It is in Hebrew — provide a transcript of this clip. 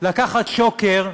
לקחת שוקר,